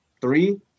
three